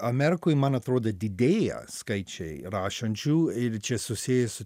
amerikoj man atrodo didėja skaičiai rašančių ir čia susiję su